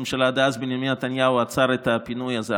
הממשלה דאז בנימין נתניהו עצר את הפינוי הזה.